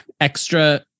extra